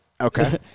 okay